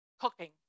cooking